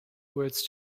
words